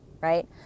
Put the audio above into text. right